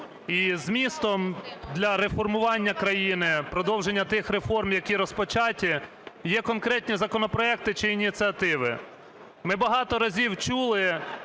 І змістом для реформування країни, продовження тих реформ, які розпочаті, є конкретні законопроекти чи ініціативи. Ми багато разів чули